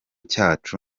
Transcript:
cyacu